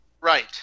right